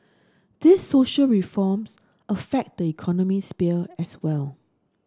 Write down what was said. these social reforms affect the economic sphere as well